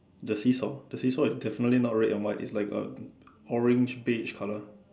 the seesaw the seesaw is definitely not red and white it's like a orange beige colour